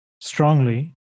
strongly